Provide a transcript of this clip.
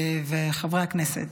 חברי הכנסת,